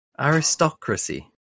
aristocracy